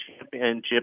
championship